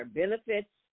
benefits